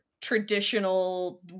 traditional